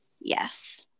Yes